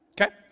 okay